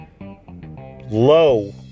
low